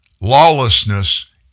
Lawlessness